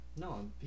No